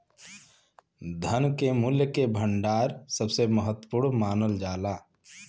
धन के मूल्य के भंडार सबसे महत्वपूर्ण मानल जाला